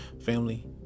family